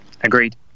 Agreed